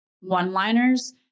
one-liners